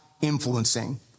influencing